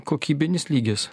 kokybinis lygis